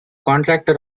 contractor